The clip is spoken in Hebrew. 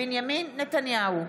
בנימין נתניהו,